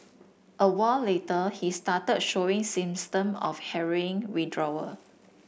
a while later he started showing symptoms of heroin withdrawal